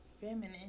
feminine